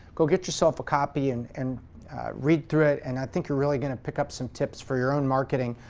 go get yourself a copy and and read through it, and i think you're really going to pick up some tips for your own marketing,